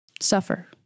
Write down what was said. suffer